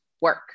work